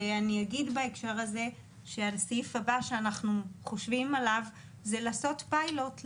אני אגיד בהקשר הזה שהסעיף הבא שאנחנו חושבים עליו זה לעשות פיילוט,